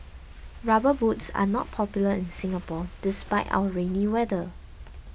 rubber boots are not popular in Singapore despite our rainy weather